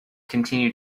continued